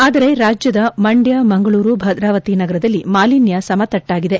ಆದರೆ ರಾಜ್ಯದ ಮಂಡ್ಯ ಮಂಗಳೂರು ಭದ್ರಾವತಿ ನಗರದಲ್ಲಿ ಮಾಲಿನ್ಯ ಸಮತಟ್ಟಾಗಿದೆ